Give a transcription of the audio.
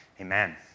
Amen